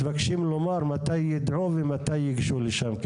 אז הם מתבקשים לומר מתי ידעו ומתי ייגשו לשם,